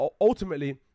ultimately